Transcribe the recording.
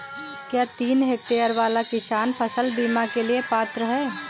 क्या तीन हेक्टेयर वाला किसान फसल बीमा के लिए पात्र हैं?